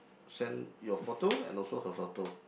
send your photo and also her photo